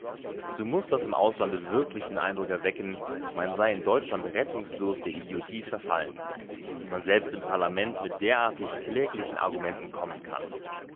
so muß das im auslande wirklich den eindruck erwecken man sei in deutschland rettungslos der idiotie verfallen daß man selbst im parlament mit derartig kläglichen argumenten kommen kann